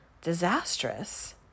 disastrous